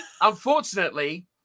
unfortunately